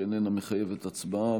שאיננה מחייבת הצבעה,